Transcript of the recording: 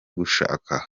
gushaka